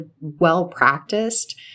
well-practiced